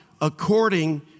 according